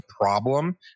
problem